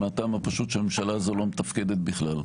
מהטעם הפשוט שהממשלה הזו לא מתפקדת בכלל.